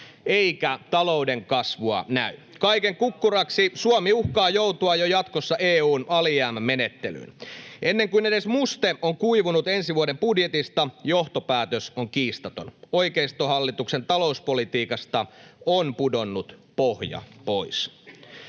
eikä talouden kasvua näy. Kaiken kukkuraksi Suomi uhkaa jo joutua jatkossa EU:n alijäämämenettelyyn. Ennen kuin edes muste on kuivunut ensi vuoden budjetista, johtopäätös on kiistaton: oikeistohallituksen talouspolitiikasta on pudonnut pohja pois.